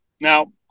Now